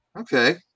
Okay